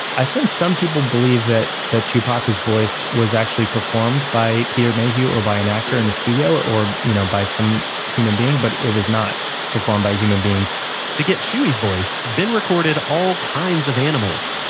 i think some people believe that that chewbacca's voice was actually performed by peter mayhew or by an actor in the studio, or you know by some human being, but it was not performed by a human being to get chewie's voice, ben recorded all kinds of animals,